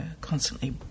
constantly